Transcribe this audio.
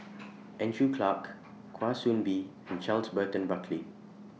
Andrew Clarke Kwa Soon Bee and Charles Burton Buckley